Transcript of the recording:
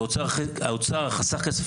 ומשרד האוצר חסך כסף,